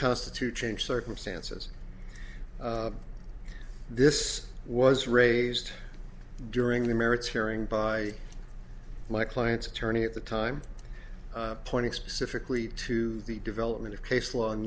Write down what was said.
constitute change circumstances this was raised during the merits hearing by my client's attorney at the time pointing specifically to the development of case l